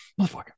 motherfucker